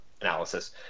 analysis